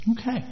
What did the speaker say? Okay